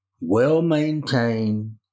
well-maintained